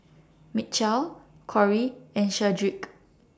Mitchell Kori and Shedrick